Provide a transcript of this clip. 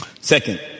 second